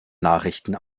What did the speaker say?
nachrichten